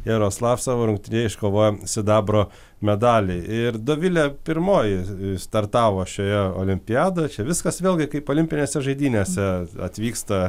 jaroslav savo rungtinėj iškovojo sidabro medalį ir dovilė pirmoji startavo šioje olimpiada čia viskas vėlgi kaip olimpinėse žaidynėse atvyksta